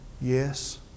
yes